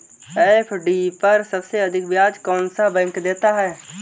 FD पर सबसे अधिक ब्याज कौन सा बैंक देता है?